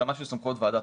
התאמה של סמכויות ועדה.